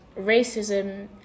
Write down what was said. racism